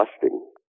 fasting